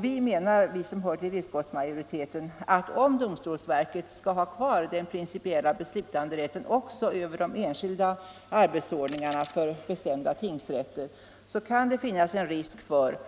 Vi som tillhör utskottsmajoriteten anser att om domstolsverket skall ha kvar den principiella beslutanderätten också över de enskilda arbetsordningarna för bestämda tingsrätter, så kan det finnas en risk för